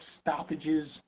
stoppages